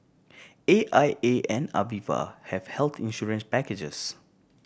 A I A and Aviva have health insurance packages